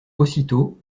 aussitôt